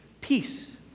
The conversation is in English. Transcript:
peace